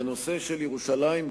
בנושא של ירושלים,